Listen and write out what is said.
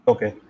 Okay